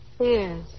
Yes